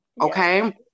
okay